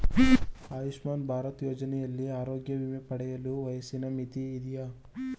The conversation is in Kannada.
ಆಯುಷ್ಮಾನ್ ಭಾರತ್ ಯೋಜನೆಯಲ್ಲಿ ಆರೋಗ್ಯ ವಿಮೆ ಪಡೆಯಲು ವಯಸ್ಸಿನ ಮಿತಿ ಇದೆಯಾ?